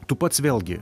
tu pats vėlgi